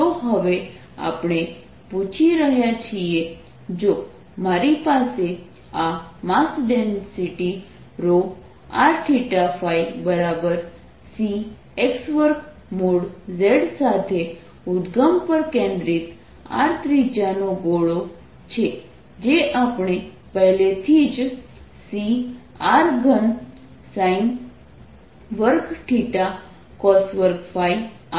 તો હવે આપણે પૂછી રહ્યા છીએ જો મારી પાસે આ માસ ડેન્સિટી ρrθϕCx2|z| સાથે ઉદ્દગમ પર કેન્દ્રિત r ત્રિજ્યાનો ગોળો છે જે આપણે પહેલાથી જ Cr3sin2cos2ϕ r|cosθ| લખ્યું છે